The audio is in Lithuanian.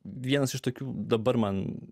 vienas iš tokių dabar man